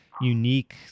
unique